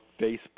Facebook